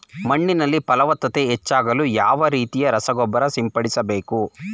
ಮಣ್ಣಿನಲ್ಲಿ ಫಲವತ್ತತೆ ಹೆಚ್ಚಾಗಲು ಯಾವ ರೀತಿಯ ರಸಗೊಬ್ಬರ ಸಿಂಪಡಿಸಬೇಕು?